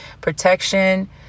protection